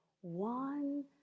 One